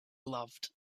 loved